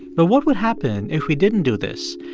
but what would happen if we didn't do this,